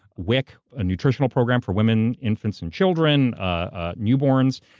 wic a nutritional program for women, infants and children, ah newborns.